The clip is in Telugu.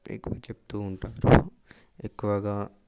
ఎక్కువ చెప్తూ ఉంటారు ఎక్కువగా